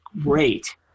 great